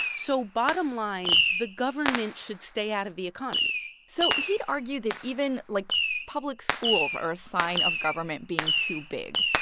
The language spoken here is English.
so bottom line, the government should stay out of the economy so he'd argue that even, like, public schools are a sign of government being too big.